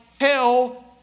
hell